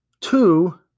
Two